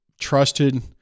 trusted